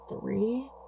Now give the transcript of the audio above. Three